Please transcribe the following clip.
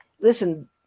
Listen